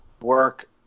work